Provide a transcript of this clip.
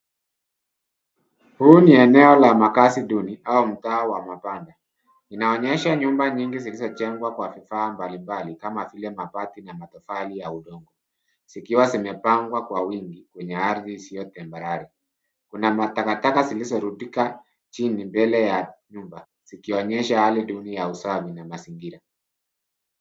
Huu ni eneo la makazi duni la mtaa wa mabanda. Inaonyesha nyumba nyingi zilizojengwa kwa vifaa mbalimbali kama mabati na matofali za udongo zikiwa zimepangwa kwa wingi katika ardhi isiyo tambarare. Kuna matakataka zilizorundika chini mbele ya nyumba zikionyesha hali duni ya usani na mazingira.